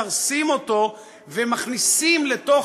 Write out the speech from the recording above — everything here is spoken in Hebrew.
כי כבר מסרסים אותו וכבר מכניסים לתוך